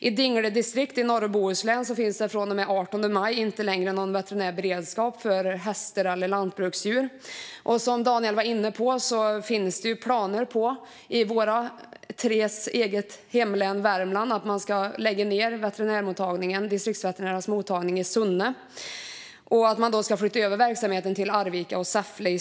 I Dingle distrikt i norra Bohuslän finns det från och med den 18 maj inte längre någon veterinärberedskap för hästar och lantbruksdjur. Som Daniel var inne på finns det i hemlänet för oss tre, Värmland, planer på att lägga ned Distriktsveterinärernas mottagning i Sunne och i stället flytta verksamheten till Arvika och Säffle.